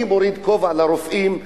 אני מוריד את הכובע לפני הרופאים,